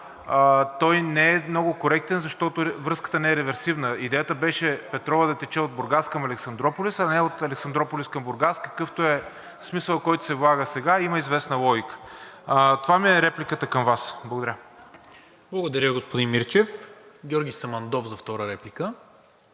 Той не е много коректен, защото връзката не е реверсивна. Идеята беше петролът да тече от Бургас към Александруполис, а не от Александруполис към Бургас, какъвто е смисълът, който се влага сега, и има известна логика. Това ми е репликата към Вас. Благодаря. ПРЕДСЕДАТЕЛ НИКОЛА МИНЧЕВ: Благодаря, господин Мирчев. Георги Самандов – за втора реплика.